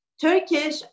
Turkish